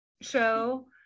show